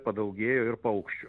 padaugėjo ir paukščių